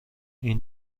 این